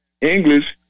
English